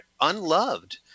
unloved